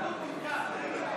(קוראת בשמות חברי הכנסת)